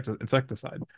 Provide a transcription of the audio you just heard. insecticide